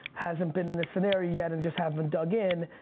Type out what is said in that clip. hasn't been in this scenario yet and just have been dug in,